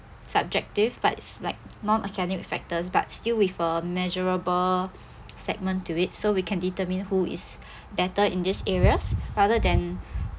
subjective but it's like non-academic factors but still with a measurable segment to it so we can determine who is better in these areas rather than